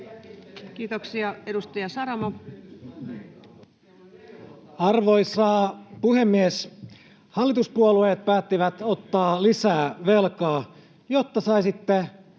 Kiitoksia. — Edustaja Saramo. Arvoisa puhemies! Hallituspuolueet päättivät ottaa lisää velkaa, jotta saisitte